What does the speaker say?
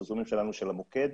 בפרסומים שלנו של המוקד,